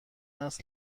است